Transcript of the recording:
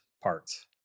parts